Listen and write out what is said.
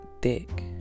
dick